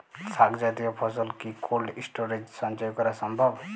শাক জাতীয় ফসল কি কোল্ড স্টোরেজে সঞ্চয় করা সম্ভব?